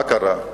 מה קרה?